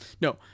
No